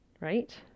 right